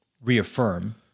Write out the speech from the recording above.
reaffirm